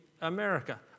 America